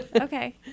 Okay